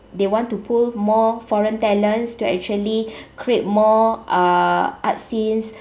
they want to pull more foreign talents to actually create more uh art scenes